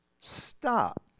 stop